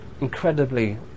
incredibly